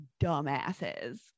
dumbasses